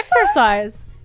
exercise